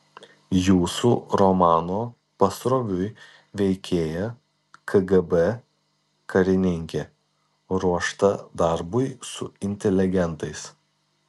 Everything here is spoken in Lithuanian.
jūsų romano pasroviui veikėja kgb karininkė ruošta darbui su inteligentais